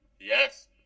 yes